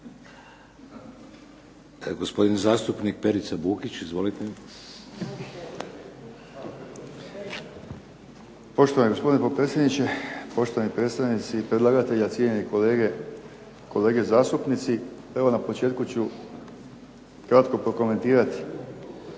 Gospodin zastupnik Perica Bukić. Izvolite. **Bukić, Perica (HDZ)** Poštovani gospodine potpredsjedniče. Poštovani predstavnici predlagatelja, cijenjeni kolege zastupnici. Evo na početku ću kratko prokomentirati